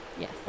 Yes